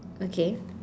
okay